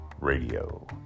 Radio